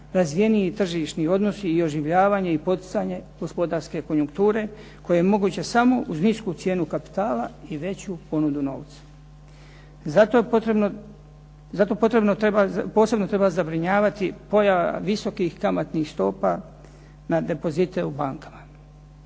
razvijeniji tržišni odnosi i oživljavanje i poticanje gospodarske konjukture koje je moguće samo uz nisku cijenu kapitala i veću ponudu novca. Zato posebno treba zabrinjavati pojava visokih kamatnih stopa na depozite u bankama.